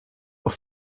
auf